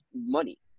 money